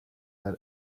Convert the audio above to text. that